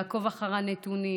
לעקוב אחר הנתונים.